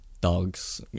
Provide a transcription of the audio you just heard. dogs